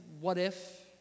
what-if